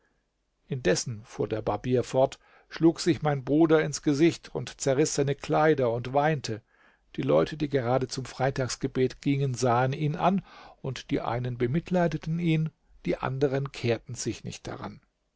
indessen fuhr der barbier fort schlug sich mein bruder ins gesicht und zerriß seine kleider und weinte die leute die gerade zum freitagsgebet gingen sahen ihn an und die einen bemitleideten ihn die anderen kehrten sich nicht daran